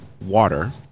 water